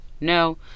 no